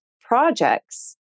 projects